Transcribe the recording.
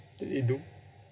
that they do